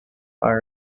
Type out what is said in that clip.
are